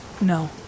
No